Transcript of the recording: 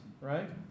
right